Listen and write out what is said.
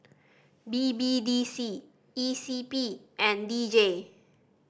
B B D C E C P and D J